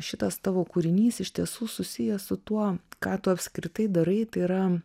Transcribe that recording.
šitas tavo kūrinys iš tiesų susiję su tuo ką tu apskritai darai tai yra